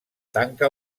tanca